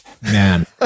man